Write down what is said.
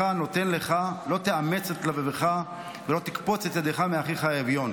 נֹתן לך לא תאמץ את לבבך ולא תקפֹּץ את ידך מאחיך האביון".